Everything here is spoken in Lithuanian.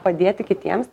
padėti kitiems